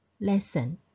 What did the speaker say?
lesson